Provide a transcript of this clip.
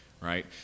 right